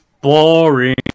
boring